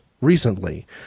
recently